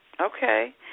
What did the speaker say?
Okay